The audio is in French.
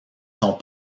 sont